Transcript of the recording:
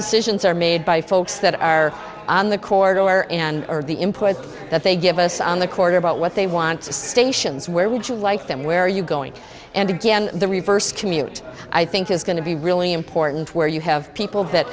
decisions are made by folks that are on the court or are and are the employees that they give us on the court about what they want to stations where would you like them where are you going and again the reverse commute i think is going to be really important where you have people that